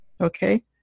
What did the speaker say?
Okay